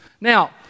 Now